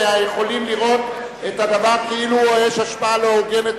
ויכולים לראות את הדבר כאילו יש השפעה לא הוגנת,